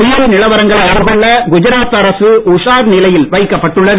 புயல் நிலவரங்களை எதிர்கொள்ள குஜராத் அரசு உஷார் நிலையில் வைக்கப் பட்டுள்ளது